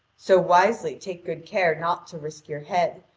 so wisely take good care not to risk your head,